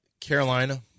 Carolina